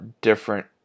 different